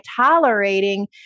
tolerating